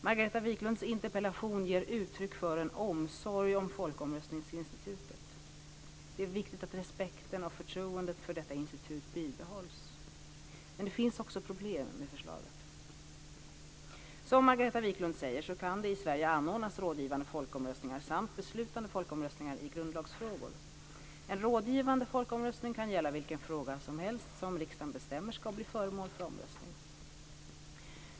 Margareta Viklunds interpellation ger uttryck för en omsorg om folkomröstningsinstitutet. Det är viktigt att respekten och förtroendet för detta institut behålls. Men det finns också problem med förslaget. Som Margareta Viklund säger kan det i Sverige anordnas rådgivande folkomröstningar samt beslutande folkomröstningar i grundlagsfrågor. En rådgivande folkomröstning kan gälla vilken fråga som helst som riksdagen bestämmer ska bli föremål för omröstning.